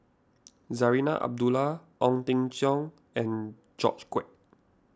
Zarinah Abdullah Ong Jin Teong and George Quek